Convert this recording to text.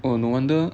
oh no wonder